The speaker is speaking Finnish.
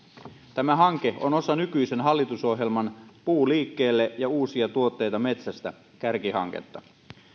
tämä hanke on osa nykyisen hallitusohjelman puu liikkeelle ja uusia tuotteita metsästä kärkihanketta